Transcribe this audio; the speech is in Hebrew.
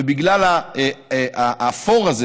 ובגלל האפור הזה,